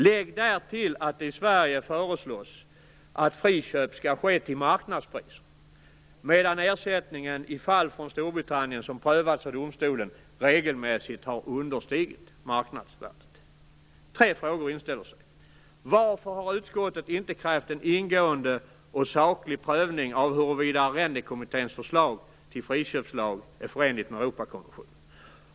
Lägg därtill att det i Sverige föreslås att friköp skall ske till marknadspris medan ersättningen i fall från Storbritannien som prövats av domstolen regelmässigt har understigit marknadsvärdet. Tre frågor inställer sig. Varför har utskottet inte krävt en ingående och saklig prövning av huruvida Arrendekommitténs förslag till friköpslag är förenligt med Europakonventionen?